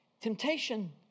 Temptation